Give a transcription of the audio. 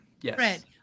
Yes